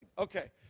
Okay